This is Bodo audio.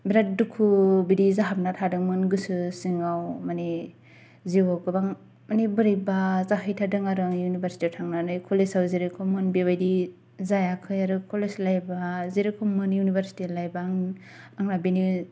बिराथ दुखु बिदि जाहाबना थादोंमोन गोसो सिङाव मानि जिवाव गोबां मानि बोरैबा जाहैथाददों आरो आङो इउनिभारसिटियाव थांनानै कलेजाव जेरेखममोन बेबायदि जायाखै आरो कलेज लाइपआ जेरेखममोन इउनिभारसिटि लाइपआ आं आंना बेनो